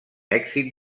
èxit